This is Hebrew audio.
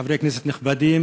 חברי כנסת נכבדים,